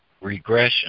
regression